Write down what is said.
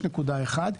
את ה-5.1,